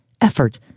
effort